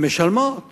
הן משלמות